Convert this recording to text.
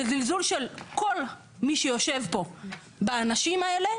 זה זלזול של כל מי שיושב פה באנשים האלה,